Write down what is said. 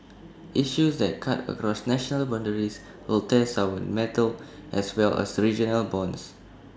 issues that cut across national boundaries will test our mettle as well as regional bonds